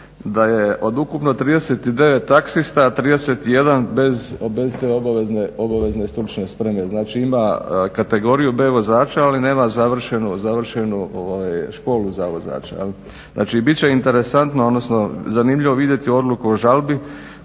da je od ukupno 39 taksista 31 bez te obavezne stručne spreme. Znači ima kategoriju B vozača ali nema završenu školu za vozača. Znači biti će interesantno, odnosno zanimljivo vidjeti odluku o žalbi